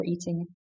eating